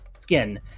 skin